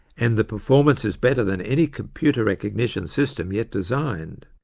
and the performance is better than any computer recognition system yet designed.